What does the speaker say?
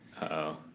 Uh-oh